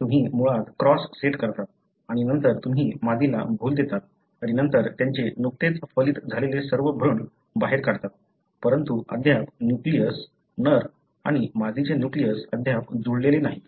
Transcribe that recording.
तुम्ही मुळात cross set करता आणि नंतर तुम्ही मादीला भूल देता आणि नंतर त्यांचे नुकतेच फलित झालेले सर्व भ्रूण बाहेर काढता परंतु अद्याप न्यूक्लियस नर आणि मादीचे न्यूक्लियस अद्याप जुळलेले नाहीत